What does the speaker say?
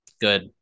Good